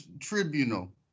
tribunal